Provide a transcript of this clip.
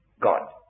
God